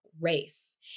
race